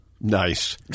Nice